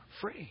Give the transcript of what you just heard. free